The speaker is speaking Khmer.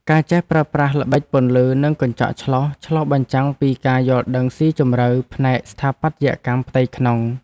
ការចេះប្រើប្រាស់ល្បិចពន្លឺនិងកញ្ចក់ឆ្លុះឆ្លុះបញ្ចាំងពីការយល់ដឹងស៊ីជម្រៅផ្នែកស្ថាបត្យកម្មផ្ទៃក្នុង។